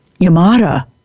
Yamada